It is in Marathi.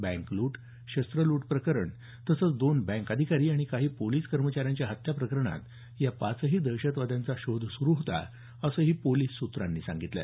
बँक लूट शस्त्र लूट प्रकरण तसंच दोन बँक अधिकारी आणि काही पोलिस कर्मचाऱ्यांच्या हत्या प्रकरणात या पाचही दहशतवाद्यांचा शोध सुरू होता असंही पोलिस सूत्रांनी सांगितलं